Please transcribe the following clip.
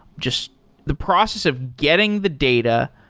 just the process of getting the data,